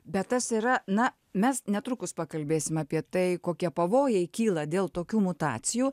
bet tas yra na mes netrukus pakalbėsim apie tai kokie pavojai kyla dėl tokių mutacijų